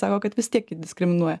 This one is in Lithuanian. sako kad vis tiek jį diskriminuoja